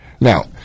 Now